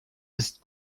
ist